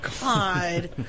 God